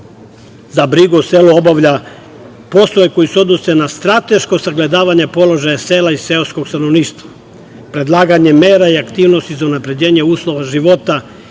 za brigu o selu obavlja poslove koji se odnose na strateško sagledavanje položaja sela i seoskog stanovništva, predlaganjem mera i aktivnosti za unapređenje uslova života